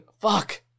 Fuck